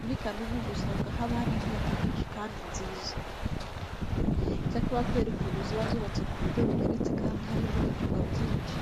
Muri kaminuza usanga haba hari inyubako nyinshi kandi nziza. Icyakora kubera ukuntu ziba zubatse ku buryo bugeretse kandi harimo n'ibyumba byinshi,